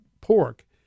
pork